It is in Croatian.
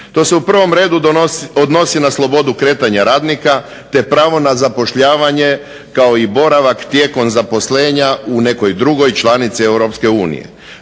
To se u prvom redu odnosi na slobodu kretanja radnika, te pravo na zapošljavanje kao i boravak tijekom zaposlenja u nekoj drugoj članici